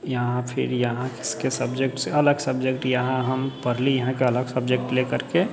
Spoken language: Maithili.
यहाँ फेर यहाँके सब्जेक्ट अलग सब्जेक्ट हम यहाँ पढ़ली यहाँके अलग सब्जेक्ट ले करके